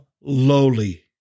lowly